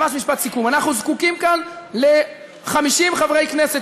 ממש משפט סיכום: אנחנו זקוקים כאן ל-50 חברי כנסת